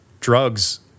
drugs